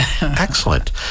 Excellent